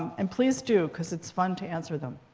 and please do. because it's fun to answer them.